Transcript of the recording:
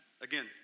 again